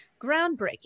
Groundbreaking